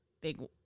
big